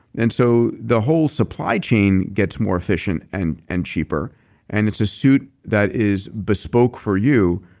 and so the whole supply chain gets more efficient and and cheaper and it's a suit that is bespoke for you.